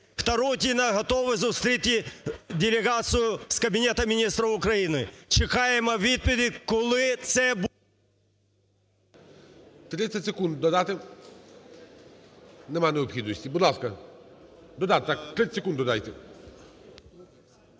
готові зустріти делегацію з Кабінету Міністрів України. Чекаємо відповідь, коли це буде…